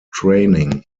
training